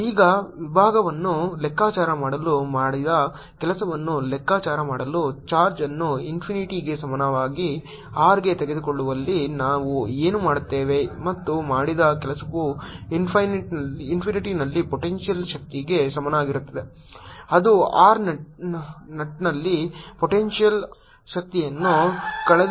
ಈಗ ವಿಭವವನ್ನು ಲೆಕ್ಕಾಚಾರ ಮಾಡಲು ಮಾಡಿದ ಕೆಲಸವನ್ನು ಲೆಕ್ಕಾಚಾರ ಮಾಡಲು ಚಾರ್ಜ್ ಅನ್ನು ಇನ್ಫಿನಿಟಿಗೆ ಸಮಾನವಾಗಿ r ಗೆ ತೆಗೆದುಕೊಳ್ಳುವಲ್ಲಿ ನಾವು ಏನು ಮಾಡುತ್ತೇವೆ ಮತ್ತು ಮಾಡಿದ ಕೆಲಸವು ಇನ್ಫಿನಿಟಿಅಲ್ಲಿ ಪೊಟೆಂಶಿಯಲ್ ಶಕ್ತಿಗೆ ಸಮನಾಗಿರುತ್ತದೆ ಅದು r ನಟ್ನಲ್ಲಿ ಪೊಟೆಂಶಿಯಲ್ ಶಕ್ತಿಯನ್ನು ಕಳೆದುಕೊಳ್ಳುತ್ತದೆ